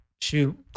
Shoot